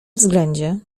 względzie